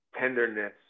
tenderness